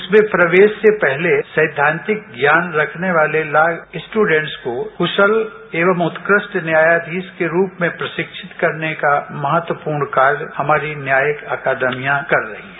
उसमें प्रवेश से पहले सैद्धांतिक ज्ञान रखने वाले लार्ज स्टूडेंट्स को कुशल एवं उत्कृष्ट न्यायाधीश के रूप में प्रशिक्षित करने का महत्वपूर्ण कार्य हमारी न्यायिक अकादमियां कर रही हैं